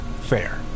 Fair